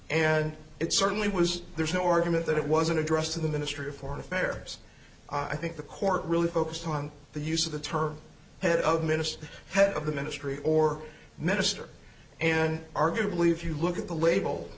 and it certainly was there's no argument that it wasn't addressed to the ministry of foreign affairs i think the court really focused on the use of the term head of minister head of the ministry or minister and arguably if you look at the label